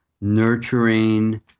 nurturing